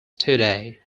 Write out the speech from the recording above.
today